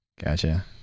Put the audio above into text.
Gotcha